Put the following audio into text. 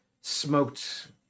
smoked